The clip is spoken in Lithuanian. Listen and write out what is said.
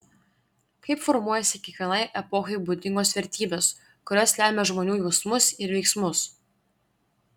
kaip formuojasi kiekvienai epochai būdingos vertybės kurios lemia žmonių jausmus ir veiksmus